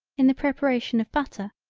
in the preparation of butter,